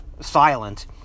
silent